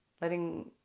letting